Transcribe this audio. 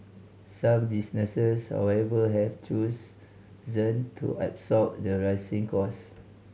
some businesses however have chose them to absorb the rising cost